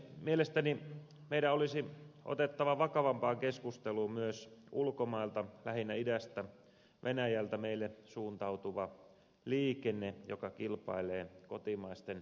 mielestäni meidän olisi otettava vakavampaan keskusteluun myös ulkomailta lähinnä idästä venäjältä meille suuntautuva liikenne joka kilpailee kotimaisten yrittäjiemme kanssa